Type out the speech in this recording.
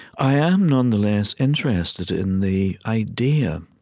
i am nonetheless interested in the idea